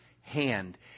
hand